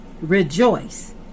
Rejoice